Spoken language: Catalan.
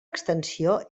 extensió